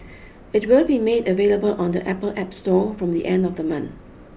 it will be made available on the Apple App Store from the end of the month